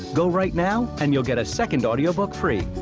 go right now and you'll get a second audio book free.